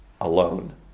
alone